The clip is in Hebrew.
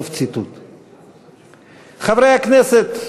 חברי הכנסת,